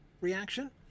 reaction